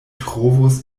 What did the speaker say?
trovos